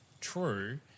true